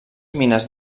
mines